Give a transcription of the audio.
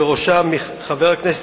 ובראשם חבר הכנסת,